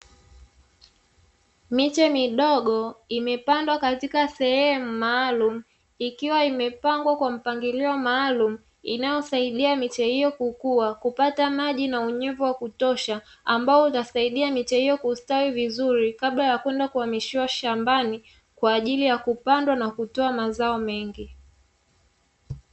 Miche midogo imepandwa katika sehemu maalumu ikiwa imepangwa kwa mpangilio maalumu, inayosaidia miche hiyo kukuwa, kupata maji na unyevu wa kutosha ambao utasaidia miche hiyo kustawi vizuri kabla ya kwenda kuhamishiwa shambani kwa ajili ya kupandwa na kutoa mazao mengi.